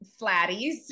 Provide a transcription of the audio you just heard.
flatties